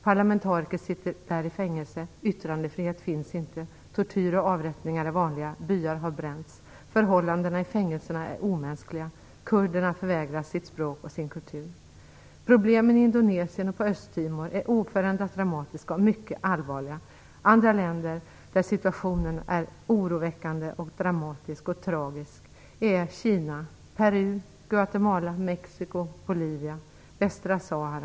Parlamentariker sitter där i fängelse. Yttrandefrihet finns inte. Tortyr och avrättningar är vanliga. Byar har bränts. Förhållandena i fängelserna är omänskliga. Kurderna förvägras sitt språk och sin kultur. Problemen i Indonesien och på Östtimor är oförändrat dramatiska och mycket allvarliga. Andra länder där situationen är oroväckande, dramatisk och tragisk är Kina, Peru, Guatemala, Mexico, Bolivia och Västra Sahara.